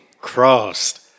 Crossed